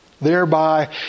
thereby